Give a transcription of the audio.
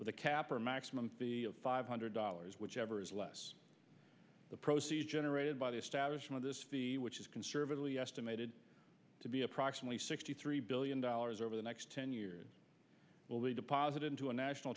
with a cap or a maximum of five hundred dollars whichever is less the procedure interrupted by the establishment of this which is conservatively estimated to be approximately sixty three billion dollars over the next ten years will be deposited into a national